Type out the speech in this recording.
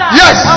yes